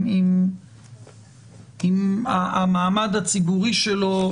עם המעמד הציבורי שלו,